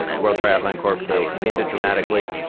ah world triathlon corp, they expand it dramatically,